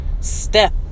step